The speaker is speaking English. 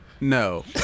no